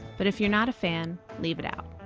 but if you're not a fan leave it out.